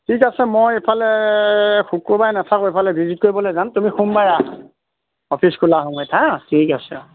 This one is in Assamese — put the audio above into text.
ঠিক আছে মই এইফালে শুক্ৰবাৰে নাথাকো এইফালে ভিজিট কৰিবলৈ যাম তুমি সোমবাৰে আহা অফিচ খোলা সময়ত হা ঠিক আছে